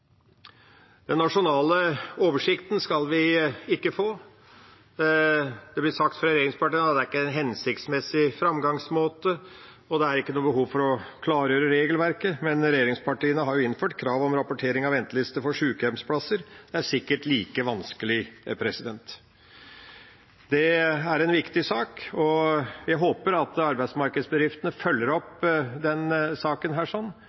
Den nasjonale oversikten skal vi ikke få. Det blir sagt fra regjeringspartiene at det ikke er en hensiktsmessig framgangsmåte, og det er ikke noe behov for å klargjøre regelverket. Men regjeringspartiene har jo innført krav om rapportering av venteliste for sykehjemsplasser – det er sikkert like vanskelig. Dette er en viktig sak, og jeg håper at arbeidsmarkedsbedriftene følger opp saken sånn